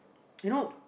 you know